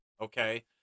okay